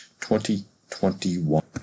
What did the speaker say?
2021